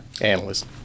Analyst